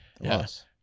Yes